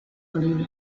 calibre